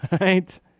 right